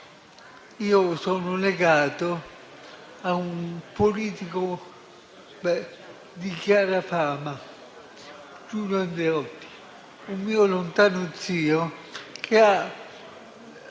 Io sono legato a un politico di chiara fama, Giulio Andreotti, un mio lontano zio. Io ho